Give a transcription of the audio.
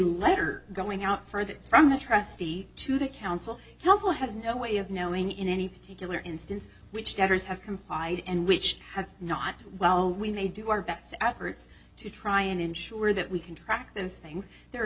letter going out further from the trustee to the council council has no way of knowing in any particular instance which doctors have complied and which have not well we may do our best efforts to try and ensure that we can track those things there